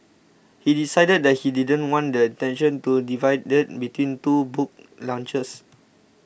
he decided that he didn't want the attention to be divided between two book launches